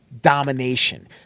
domination